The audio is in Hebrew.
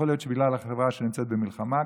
יכול להיות שזה בגלל שהחברה נמצאת כל הזמן